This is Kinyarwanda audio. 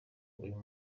uyu